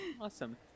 Awesome